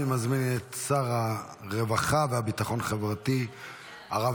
אני מזמין את שר הרווחה והביטחון החברתי הרב